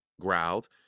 growled